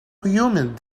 humid